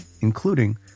including